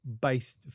based